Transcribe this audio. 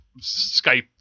Skype